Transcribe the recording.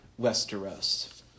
Westeros